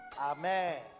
Amen